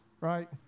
right